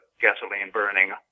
gasoline-burning